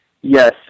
yes